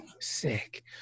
sick